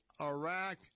Iraq